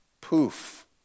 Poof